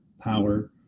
power